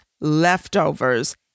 leftovers